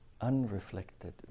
unreflected